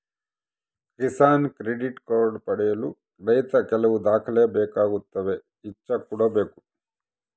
Kisan credit card ಪಡೆಯಲು ರೈತ ಕೆಲವು ದಾಖಲೆ ಬೇಕಾಗುತ್ತವೆ ಇಚ್ಚಾ ಕೂಡ ಬೇಕು